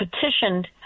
petitioned